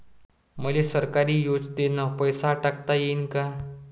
मले सरकारी योजतेन पैसा टाकता येईन काय?